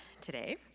today